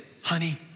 honey